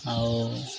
ଆଉ